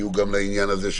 שיהיו גם לעניין הזה,